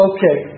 Okay